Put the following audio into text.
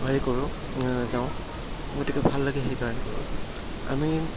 হেৰি কৰোঁ যাওঁ গতিকে ভাল লাগে সেইকাৰণে আমি